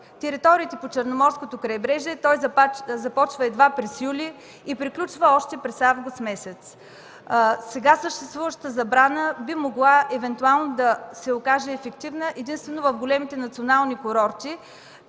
териториите по Черноморското крайбрежие той започва едва през юли и приключва още през месец август. Сега съществуващата забрана би могла евентуално да се окаже ефективна единствено в големите национални курорти.